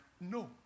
No